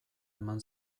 eman